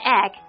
egg